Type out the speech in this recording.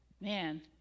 man